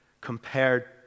compared